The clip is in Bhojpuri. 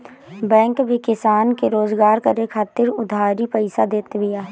बैंक भी किसान के रोजगार करे खातिर उधारी पईसा देत बिया